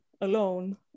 alone